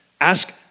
Ask